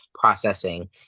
processing